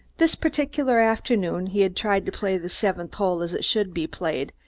this particular afternoon he had tried to play the seventh hole as it should be played,